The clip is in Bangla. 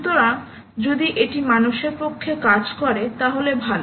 সুতরাং যদি এটি মানুষের পক্ষে কাজ করে তাহলে ভালো